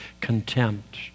contempt